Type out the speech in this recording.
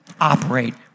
operate